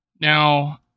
Now